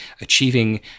achieving